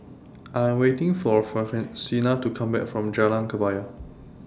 I Am waiting For to Come Back from Jalan Kebaya